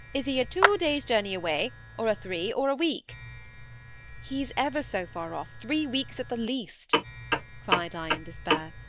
is he a two days' journey away? or a three? or a week he's ever so far off three weeks at the least cried i in despair.